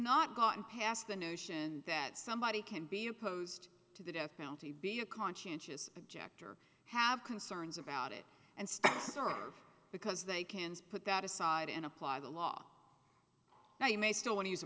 not gotten past the notion that somebody can be opposed to the death penalty be a conscientious objector have concerns about it and stand because they can put that aside and apply the law now you may still when he has a